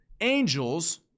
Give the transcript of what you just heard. Angels